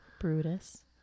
Brutus